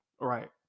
Right